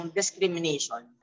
discrimination